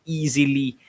easily